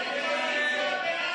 סעיף 8,